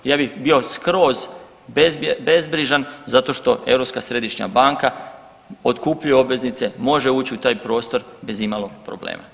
Ja bih bio skroz bezbrižan zato što Europska središnja banka otkupljuje obveznice, može ući u taj prostor bez imalo problema.